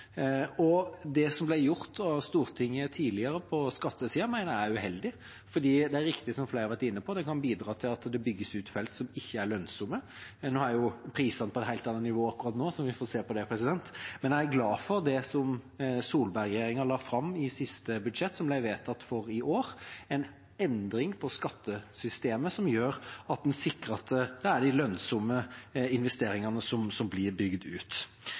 Det som ble gjort av Stortinget tidligere på skattesida, mener jeg er uheldig, for det er riktig, som flere har vært inne på, at det kan bidra til at det bygges ut felt som ikke er lønnsomme. Akkurat nå er prisene på et helt annet nivå, så vi får se på det, men jeg er glad for det som Solberg-regjeringa la fram i siste budsjett, som ble vedtatt for i år – en endring i skattesystemet som gjør at en sikrer at det er de lønnsomme investeringene som blir bygd ut.